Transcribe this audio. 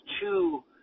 two